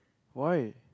why